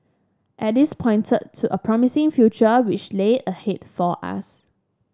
at this pointed to a promising future which lay ahead for us